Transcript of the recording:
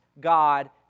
God